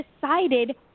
decided